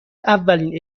اولین